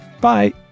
Bye